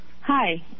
Hi